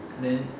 then